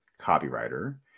copywriter